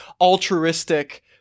altruistic